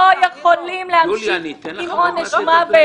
אנחנו לא יכולים להטיל עונש מוות.